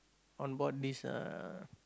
on board this uh